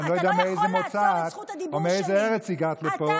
אני לא יודע מאיזה מוצא את או מאיזה ארץ הגעת לפה.